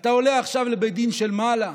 אתה עולה עכשיו לבית דין של מעלה,